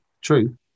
true